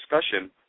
discussion